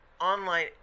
Online